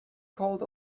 called